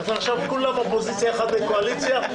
אז עכשיו כולם אופוזיציה, אחד מהקואליציה?